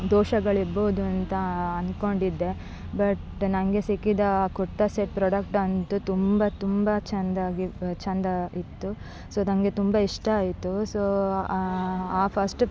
ದೋಷಗಳಿರ್ಬಹುದು ಅಂತ ಅಂದ್ಕೊಂಡಿದ್ದೆ ಬಟ್ ನನಗೆ ಸಿಕ್ಕಿದ ಕುರ್ತಾ ಸೆಟ್ ಪ್ರಾಡಕ್ಟಂತೂ ತುಂಬ ತುಂಬ ಚೆಂದಾಗಿ ಚೆಂದ ಇತ್ತು ಸೊ ನನಗೆ ತುಂಬ ಇಷ್ಟ ಆಯಿತು ಸೊ ಆ ಫಸ್ಟ್